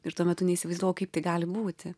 ir tuo metu neįsivaizdavau kaip tai gali būti